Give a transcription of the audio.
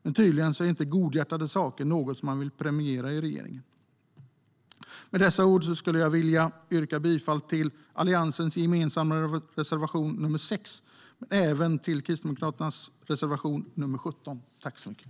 Men tydligen är inte godhjärtade saker något som regeringen vill premiera.